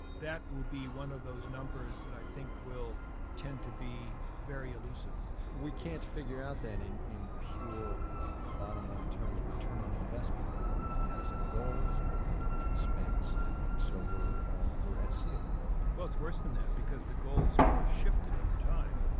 that will be one of those numbers that i think will tend to be very elusive we can't figure out then in in pure, bottom-line return on investment, right? i mean, we had a set of goals, but we don't know how much we spent, and and so we're we're at sea a little bit well, it's worse than that, because the goals, of course, shifted over time.